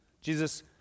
Jesus